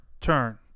turn